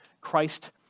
Christ